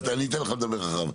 אני אתן לך לדבר אחר כך.